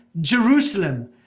Jerusalem